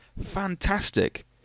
fantastic